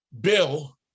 bill